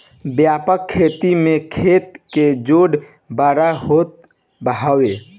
व्यापक खेती में खेत के जोत बड़ होत हवे